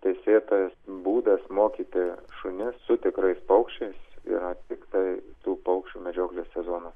teisėtas būdas mokyti šunis su tikrais paukščiais yra tiktai tų paukščių medžioklės sezono